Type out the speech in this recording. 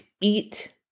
eat